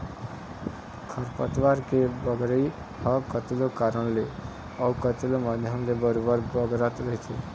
खरपतवार के बगरई ह कतको कारन ले अउ कतको माध्यम ले बरोबर बगरत रहिथे